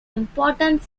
important